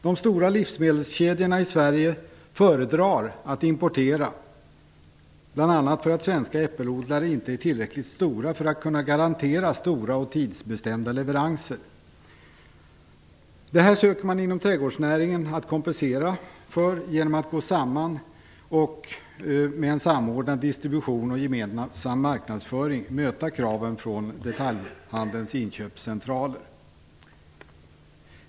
De stora livsmedelskedjorna i Sverige föredrar att importera, bl.a. för att svenska äppelodlare inte är tillräckligt stora för att kunna garantera stora och tidsbestämda leveranser. Detta söker man inom trädgårdsnäringen att kompensera genom att gå samman för att med samordnad distribution och gemensam marknadsföring möta kraven från detaljhandelns inköpscentraler.